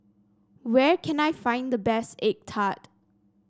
where can I find the best egg tart